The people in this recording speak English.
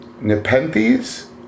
Nepenthes